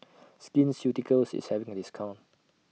Skin Ceuticals IS having A discount